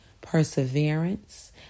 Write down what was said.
perseverance